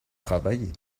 travailler